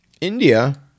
India